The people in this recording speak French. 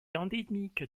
endémique